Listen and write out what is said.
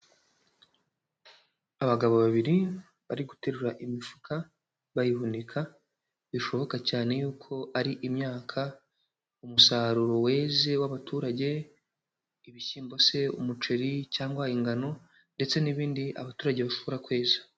Abagabo babiri bari guterura imifuka bayihunika, bishoboka cyane yuko ari imyaka, umusaruro weze w'abaturage, ibishyimbo se, umuceri cyangwa ingano ndetse n'ibindi abaturage bashobora kweza.